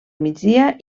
migdia